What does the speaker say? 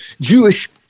Jewish